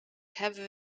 hebben